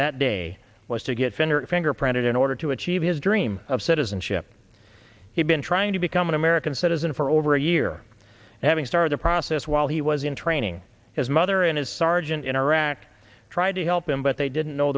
that day was to get fitter fingerprinted in order to achieve his dream of citizenship he'd been trying to become an american citizen for over a year having started a process while he was in training his mother and his sergeant in iraq tried to help him but they didn't know